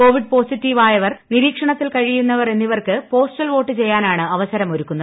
Covid പോസിറ്റീവായവർ നിരീക്ഷണത്തിൽ കഴിയുന്നവർ എന്നിവർക്ക് പോസ്റ്റൽ വോട്ട് ചെയ്യാനാണ് അവസരമൊരുക്കുന്നത്